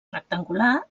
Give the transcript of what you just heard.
rectangular